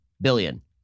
billion